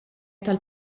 tal